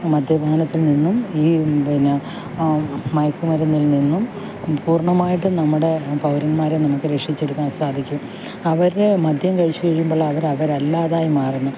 മദ്യപാനത്തിൽ നിന്നും ഈ പിന്നെ മയക്കുമരുന്നിൽ നിന്നും പൂർണ്ണമായിട്ടും നമ്മുടെ പൗരന്മാരെ നമുക്ക് രക്ഷിച്ചെടുക്കാൻ സാധിക്കും അവർ മദ്യം കഴിച്ചു കഴിയുമ്പോൾ അവർ അവരല്ലാതായി മാറുന്നു